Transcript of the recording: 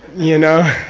you know?